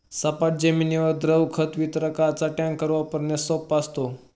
सपाट जमिनीवर द्रव खत वितरकाचा टँकर वापरण्यास सोपा असतो